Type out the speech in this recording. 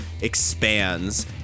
expands